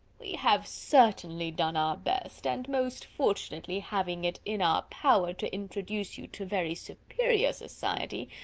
we have certainly done our best and most fortunately having it in our power to introduce you to very superior society,